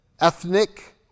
ethnic